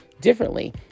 differently